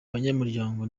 banyamuryango